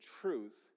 truth